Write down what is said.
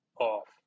off